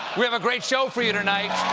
we have a great show for you tonight.